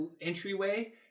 entryway